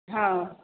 हँ